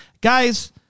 Guys